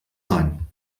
sein